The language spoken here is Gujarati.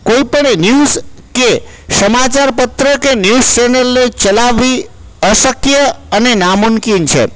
કોઈ પણ ન્યુઝ કે સમાચારપત્રો કે ન્યુઝ ચેનલને ચલાવવી અશક્ય અને નામુનકીન છે